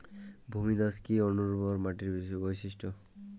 ভূমিধস কি অনুর্বর মাটির বৈশিষ্ট্য?